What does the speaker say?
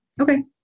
Okay